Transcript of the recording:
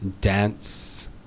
dance